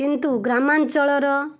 କିନ୍ତୁ ଗ୍ରାମାଞ୍ଚଳର